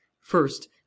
first